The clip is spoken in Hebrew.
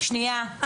שנייה.